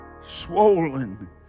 swollen